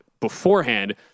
beforehand